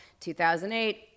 2008